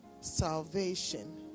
salvation